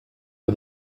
for